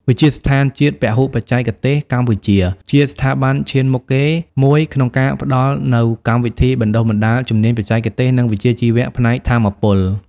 វិទ្យាស្ថានជាតិពហុបច្ចេកទេសកម្ពុជា ជាស្ថាប័នឈានមុខគេមួយក្នុងការផ្តល់នូវ កម្មវិធីបណ្តុះបណ្តាលជំនាញបច្ចេកទេស និងវិជ្ជាជីវៈផ្នែកថាមពល។